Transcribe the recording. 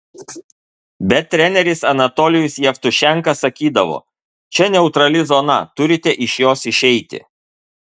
bet treneris anatolijus jevtušenka sakydavo čia neutrali zona turite iš jos išeiti